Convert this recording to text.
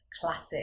classic